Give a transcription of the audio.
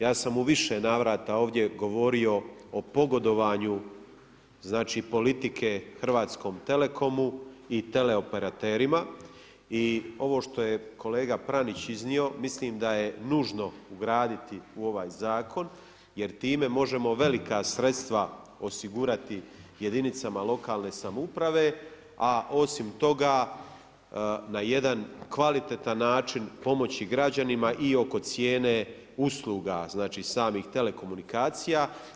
Ja sam u više navrata ovdje govorio o pogodovanju, znači politike Hrvatskom telekomu i tele operaterima i ovo što je kolega Pranić iznio mislim da je nužno ugraditi u ovaj zakon jer time možemo velika sredstva osigurati jedinicama lokalne samouprave, a osim toga na jedan kvalitetan način pomoći građanima i oko cijene usluga, znači samih telekomunikacija.